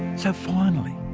so finally,